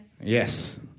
Yes